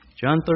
John